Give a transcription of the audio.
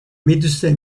médecin